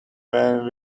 when